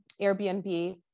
Airbnb